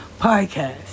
podcast